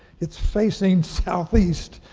it's facing southeast.